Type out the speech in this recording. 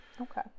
Okay